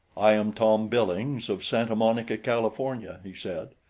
i am tom billings of santa monica, california, he said.